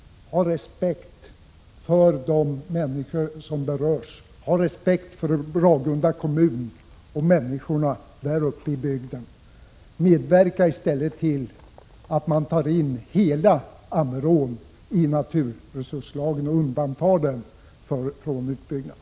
Ha respekt för de människor som berörs! Ha således respekt för Ragunda kommun och människorna där! Medverka i stället till att hela Ammerån omfattas av naturresurslagen och undantas från en utbyggnad!